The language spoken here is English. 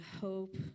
hope